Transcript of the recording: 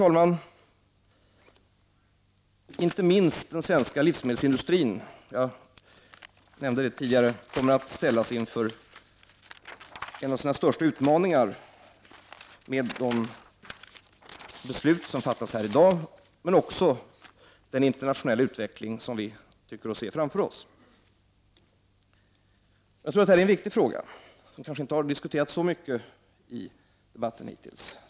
Jag nämnde att inte minst den svenska livsmedelsindustrin kommer att ställas inför en av sina största utmaningar med de beslut som fattas här i dag, men också med den internationella utveckling vi tycker oss se framför oss. Jag tycker detta är en viktig fråga, som inte har diskuterats så mycket hittills.